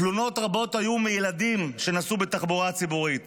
תלונות רבות היו מילדים שנסעו בתחבורה ציבורית